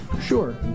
Sure